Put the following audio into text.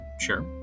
sure